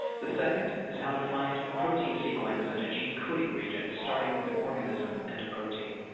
the second is how to find a protein sequence and a gene coding region starting with an organism and a protein.